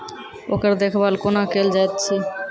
ओकर देखभाल कुना केल जायत अछि?